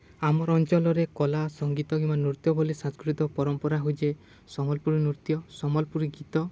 ଆମର ଅଞ୍ଚଲରେ କଲା ସଙ୍ଗୀତ କିମ୍ବା ନୃତ୍ୟ ବୋଲି ସାଂସ୍କୃତିକ ପରମ୍ପରା ହଉଚେ ସମ୍ବଲପୁରୀ ନୃତ୍ୟ ସମ୍ବଲପୁରୀ ଗୀତ